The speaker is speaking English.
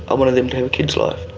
i wanted them to have a kid's life,